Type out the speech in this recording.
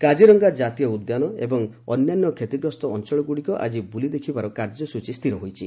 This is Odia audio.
କାଜିରଙ୍ଗା ଜାତୀୟ ଉଦ୍ୟାନ ଏବଂ ଅନ୍ୟାନ୍ୟ କ୍ଷତିଗ୍ରସ୍ତ ଅଞ୍ଚଳଗୁଡ଼ିକ ଆଜି ବୁଲି ଦେଖିବାର କାର୍ଯ୍ୟସୂଚୀ ସ୍ଥିର ହୋଇଛି